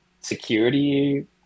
security